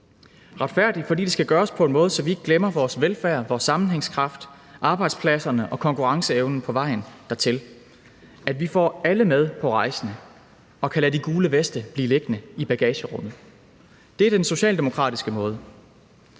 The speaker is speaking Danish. retfærdig, fordi det skal gøres på en måde, så vi ikke glemmer vores velfærd, sammenhængskraft, arbejdspladser og konkurrenceevnen på vejen dertil; så vi får alle med på rejsen og kan lade de gule veste blive liggende i bagagerummet. Det er den socialdemokratiske måde.